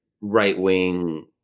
right-wing